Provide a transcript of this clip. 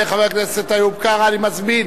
היו"ר ראובן ריבלין: